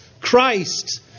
Christ